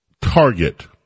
target